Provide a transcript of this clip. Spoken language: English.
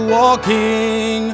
walking